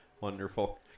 Wonderful